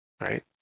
Right